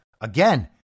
Again